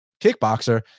kickboxer